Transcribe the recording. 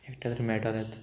एकट्या तर मेळटालेच